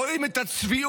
רואים את הצביעות,